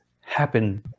happen